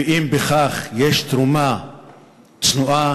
ואם בכך יש תרומה צנועה,